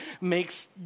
makes